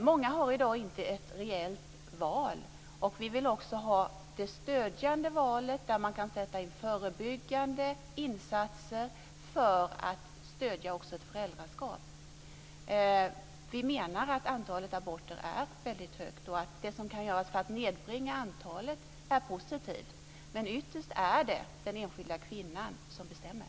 Många har i dag inte ett reellt val. Vi vill också ha det stödjande valet, där man kan sätta in förebyggande insatser för att stödja också ett föräldraskap. Vi menar att antalet aborter är väldigt stort och att det som kan göras för att nedbringa det antalet är positivt. Men ytterst är det den enskilda kvinnan som bestämmer.